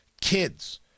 kids